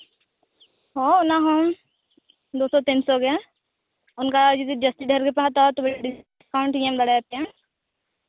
ᱦᱳᱭ ᱚᱱᱟᱦᱚᱸ ᱫᱩ ᱥᱚ ᱛᱤᱱ ᱥᱚ ᱜᱮ ᱚᱱᱠᱟ ᱡᱩᱫᱤ ᱡᱟᱹᱥᱛᱤ ᱰᱷᱮᱨ ᱯᱮ ᱦᱟᱛᱟᱣᱟ ᱛᱚᱵᱮ ᱰᱤᱥᱠᱟᱣᱩᱱᱴ ᱤᱧ ᱮᱢ ᱫᱟᱲᱮ ᱟᱯᱮᱭᱟ